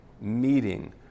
meeting